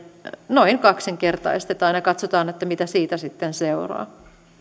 noin kaksinkertaistetaan ja ja katsotaan mitä siitä sitten seuraa